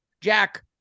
jack